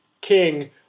king